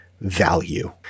value